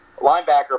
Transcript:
linebacker